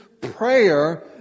prayer